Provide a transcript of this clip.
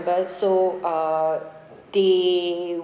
member so uh they